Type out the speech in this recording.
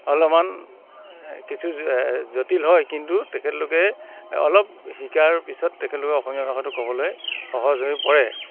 অলমান কিছু জটিল হয় কিন্তু তেখেতলোকে অলপ শিকাৰ পিছত তেখেতলোকে অসমীয়া ভাষাতো ক'বলৈ সহজ হৈ পৰে